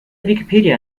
wikipedia